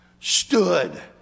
stood